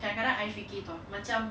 kadang-kadang I fikir [tau]